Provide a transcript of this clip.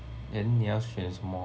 then 你要选什么